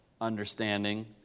understanding